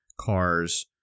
cars